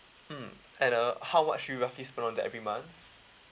mm and uh how much do you roughly spend on that every month